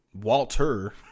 Walter